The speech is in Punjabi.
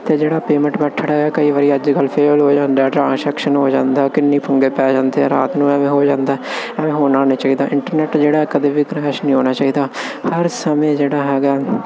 ਅਤੇ ਜਿਹੜਾ ਪੇਮੈਂਟ ਮੈਥੜ ਆ ਕਈ ਵਾਰੀ ਅੱਜ ਕੱਲ੍ਹ ਫੇਲ ਹੋ ਜਾਂਦਾ ਟਰਾਂਸੈਕਸ਼ਨ ਹੋ ਜਾਂਦਾ ਕਿੰਨੀ ਪੰਗੇ ਪੈ ਜਾਂਦੇ ਆ ਰਾਤ ਨੂੰ ਐਵੇਂ ਹੋ ਜਾਂਦਾ ਐਵੇ ਹੋਣਾ ਨੀ ਚਾਹੀਦਾ ਇੰਟਰਨੈਟ ਜਿਹੜਾ ਕਦੇ ਵੀ ਕਰੈਸ਼ ਨਹੀਂ ਹੋਣਾ ਚਾਹੀਦਾ ਹਰ ਸਮੇਂ ਜਿਹੜਾ ਹੈਗਾ